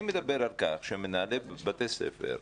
אני מדבר על כך שמנהלי בתי ספר,